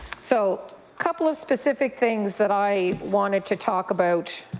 so a couple of specific things that i wanted to talk about